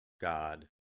God